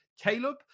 Caleb